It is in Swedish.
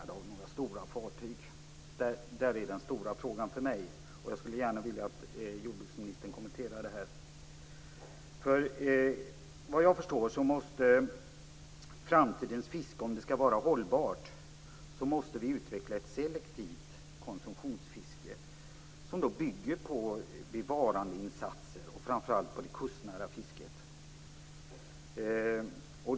Detta är den stora frågan för mig. Jag skulle gärna vilja att jordbruksministern kommenterade den. Om framtidens fiske skall vara hållbart måste vi utveckla ett selektivt konsumtionsfiske som bygger på bevarandeinsatser, framför allt när det gäller det kustnära fisket.